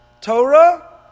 Torah